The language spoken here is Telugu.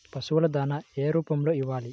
పశువుల దాణా ఏ రూపంలో ఇవ్వాలి?